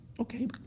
Okay